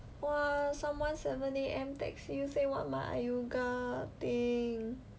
!wah! someone seven A_M text you say want buy Iuiga thing